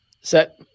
Set